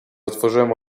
otworzyłem